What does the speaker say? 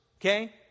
Okay